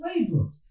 playbook